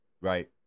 right